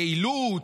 יעילות,